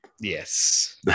Yes